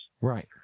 Right